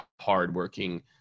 hardworking